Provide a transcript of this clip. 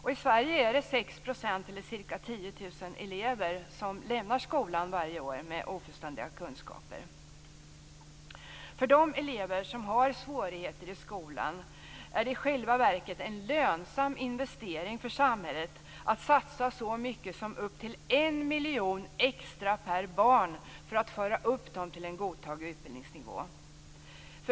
I Sverige är det 6 % eller ca 10 000 elever som lämnar skolan varje år med ofullständiga kunskaper. När det gäller de elever som har svårigheter i skolan är det i själva verket en lönsam investering för samhället att satsa så mycket som upp till 1 miljon extra per barn för att föra upp dem till en godtagbar utbildningsnivå.